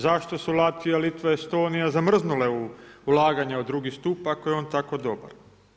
Zašto su Latvija, Litva, Estonija zamrznule ulaganja u drugi stup ako je on tako dobar?